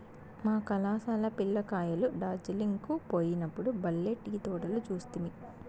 మా కళాశాల పిల్ల కాయలు డార్జిలింగ్ కు పోయినప్పుడు బల్లే టీ తోటలు చూస్తిమి